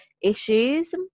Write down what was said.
issues